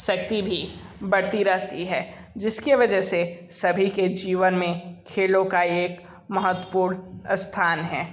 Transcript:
शक्ति भी बढ़ती रहती है जिस की वजह से सभी के जीवन में खेलों का एक महत्वपूर्ण स्थान है